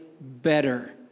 better